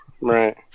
Right